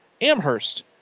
Amherst